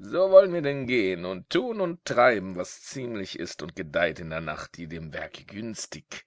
so wollen wir denn gehen und tun und treiben was ziemlich ist und gedeiht in der nacht die dem werke günstig